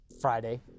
Friday